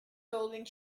building